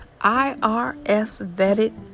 IRS-vetted